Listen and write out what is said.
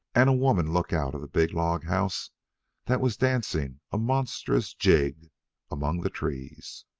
and a woman look out of the big log house that was dancing a monstrous jig among the trees.